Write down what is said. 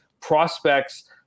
prospects